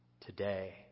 today